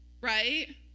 right